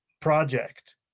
project